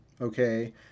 Okay